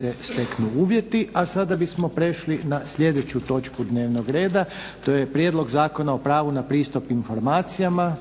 Željko (HDZ)** A sada bismo prešli na sljedeću točku dnevnog reda. To je - Prijedlog Zakona o pravu na pristup informacijama,